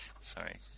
Sorry